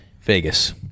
vegas